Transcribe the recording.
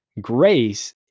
Grace